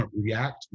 react